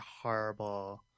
horrible